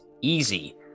easy